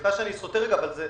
סליחה אני סוטה לרגע אבל זאת